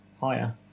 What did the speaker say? higher